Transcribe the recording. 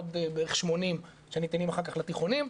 עוד בערך 80 מיליון שניתנים אחר כך לתיכונים,